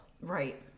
Right